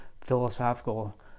philosophical